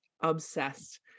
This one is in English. obsessed